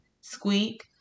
Squeak